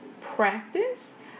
practice